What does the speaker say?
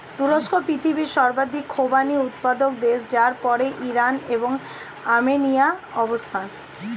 তুরস্ক পৃথিবীর সর্বাধিক খোবানি উৎপাদক দেশ যার পরেই ইরান এবং আর্মেনিয়ার অবস্থান